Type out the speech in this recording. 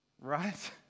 right